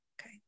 Okay